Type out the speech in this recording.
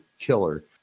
killer